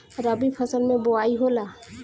रबी फसल मे बोआई होला?